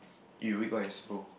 you reap what you sow